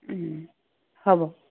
হ'ব